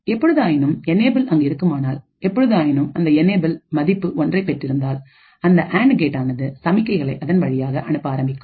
எப்பொழுதாயினும்என்யபல் அங்கு இருக்குமானால்எப்பொழுதாயினும் அந்த என்யபல் மதிப்பு ஒன்றை பெற்றிருந்தால் இந்த அண்டு கேட்டானது சமிக்கைகளை அதன் வழியாக அனுப்ப ஆரம்பிக்கும்